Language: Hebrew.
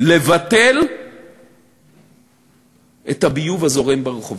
לבטל את הביוב הזורם ברחובות.